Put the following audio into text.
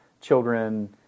children